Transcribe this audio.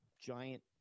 giant